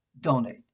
donate